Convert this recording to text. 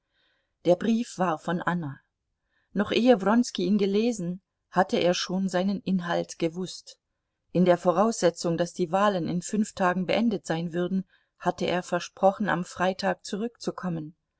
der brief war von anna noch ehe wronski ihn gelesen hatte er schon seinen inhalt gewußt in der voraussetzung daß die wahlen in fünf tagen beendet sein würden hatte er versprochen am freitag zurückzukommen